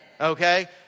Okay